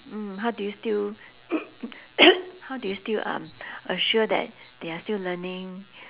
mm how do you still how do you still um assure that they are still learning